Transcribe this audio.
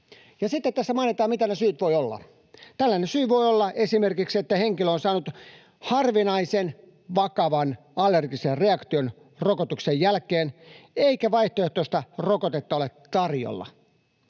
sitten tässä mainitaan, mitä ne syyt voivat olla. Tällainen syy voi olla esimerkiksi, että henkilö on saanut harvinaisen vakavan allergisen reaktion rokotuksen jälkeen eikä vaihtoehtoista rokotetta ole tarjolla